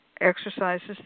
exercises